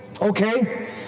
okay